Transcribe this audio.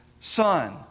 Son